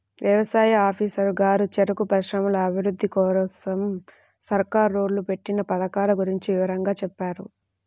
యవసాయ ఆఫీసరు గారు చెరుకు పరిశ్రమల అభిరుద్ధి కోసరం సర్కారోళ్ళు పెట్టిన పథకాల గురించి వివరంగా చెప్పారు